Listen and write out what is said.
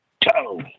Toe